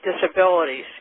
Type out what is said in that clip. disabilities